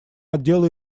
отделы